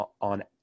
on